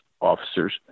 officers